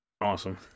Awesome